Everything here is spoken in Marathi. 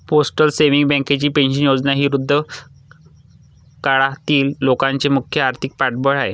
पोस्टल सेव्हिंग्ज बँकेची पेन्शन योजना ही वृद्धापकाळातील लोकांचे मुख्य आर्थिक पाठबळ आहे